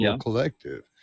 collective